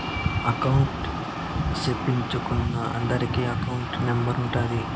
account సేపిచ్చుకున్నా అందరికి account number ఉంటాది